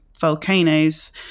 volcanoes